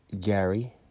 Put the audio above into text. Gary